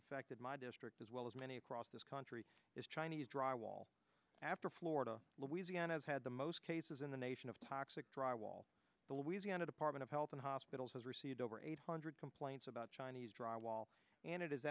affected my district as well as many across this country is chinese drywall after florida louisiana has had the most cases in the nation of toxic drywall the louisiana department of health and hospitals has received over eight hundred complaints about chinese drywall and it is